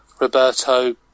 Roberto